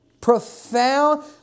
Profound